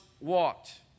walked